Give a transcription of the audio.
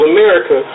America